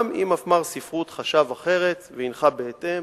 גם אם מפמ"ר ספרות חשב אחרת והנחה בהתאם,